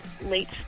late